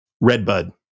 Redbud